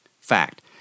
Fact